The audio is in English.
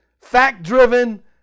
fact-driven